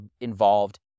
involved